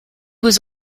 was